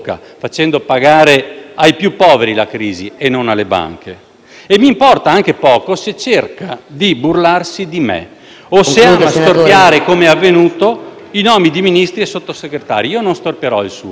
E mi importa anche poco se cerca di burlarsi di me; o se ama storpiare - come è avvenuto - i nomi di Ministri e Sottosegretari. Io non storpierò il suo, ma sulla povertà in quest'Aula non si dovrebbe scherzare.